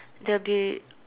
there'll be